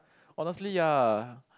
honestly ya